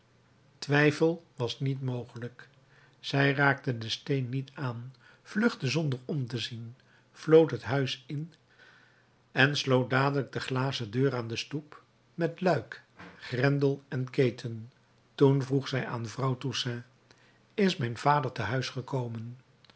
twijfel was niet mogelijk zij raakte den steen niet aan vluchtte zonder om te zien vlood het huis in en sloot dadelijk de glazen deur aan de stoep met luik grendel en keten toen vroeg zij aan vrouw toussaint is mijn vader te huis gekomen